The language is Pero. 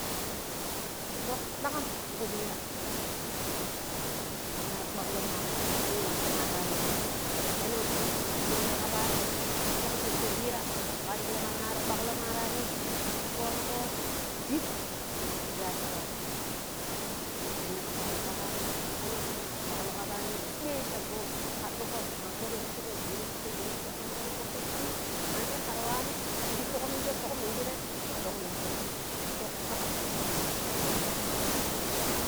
fuk daƙam ti kupira shikama maranim penan shinar kaɓani fuk shir kupira shi kanji kamar kwaklo maranim forugo dik yaji fuat mo shinar kwaklo kapani penan kama kwaklo kapanin ɗuai sha moi kwaɗugo wa pero pichira pero piche pero piche kan peno fuki ɗuai mandi kar wanni kijji fuk minje fuk minjire a ɗuk nin fuk shum fuk ɗaƙam ti kupira